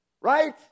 Right